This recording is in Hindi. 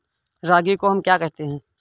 रागी को हम क्या कहते हैं?